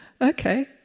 Okay